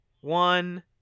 one